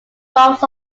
most